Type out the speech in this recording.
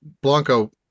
Blanco